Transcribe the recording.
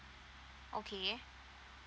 okay